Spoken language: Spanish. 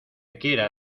quiera